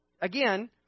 again